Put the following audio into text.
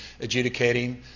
adjudicating